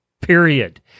Period